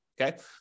Okay